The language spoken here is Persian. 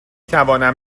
توانم